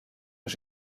los